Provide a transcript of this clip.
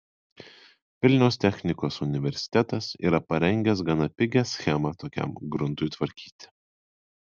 vilniaus technikos universitetas yra parengęs gana pigią schemą tokiam gruntui tvarkyti